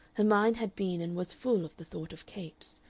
mind had been and was full of the thought of capes,